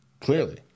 Clearly